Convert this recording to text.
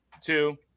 two